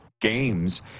games